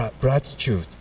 gratitude